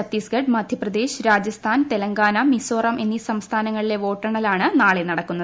ഛത്തീസ്ഗഡ് മ്യൂപ്പ്ദേശ് രാജസ്ഥാൻ തെലങ്കാന മിസോറാം എന്നീ സംസ്ഥാനങ്ങളിലെ വോട്ടെണ്ണലാണ് നാളെ നടക്കുന്നത്